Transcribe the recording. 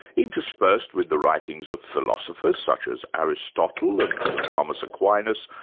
interspersed with the writings of philosophers such as aristotle, and st thomas aquinas,